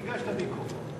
תיגש למיקרופון.